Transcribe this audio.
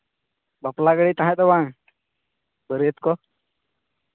ᱵᱟᱯᱞᱟ ᱜᱟᱹᱲᱤ ᱛᱟᱦᱮᱸ ᱫᱚ ᱵᱟᱝ ᱵᱟᱹᱨᱭᱟᱹᱫ ᱠᱚ